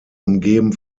umgeben